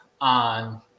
on